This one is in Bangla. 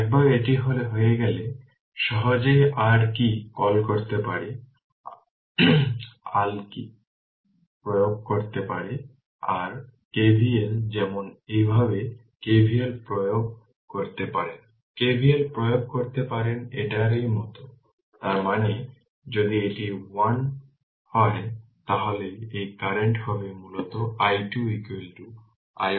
একবার এটি হয়ে গেলে সহজেই r কি কল করতে পারে r কি কল প্রয়োগ করতে পারে r KVL যেমন এইভাবে KVL প্রয়োগ করতে পারেন KVL প্রয়োগ করতে পারেন এটার মত তার মানে যদি এটি i1 হয় তাহলে এই কারেন্ট হবে মূলত i2 i1 by 2